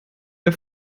der